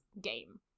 game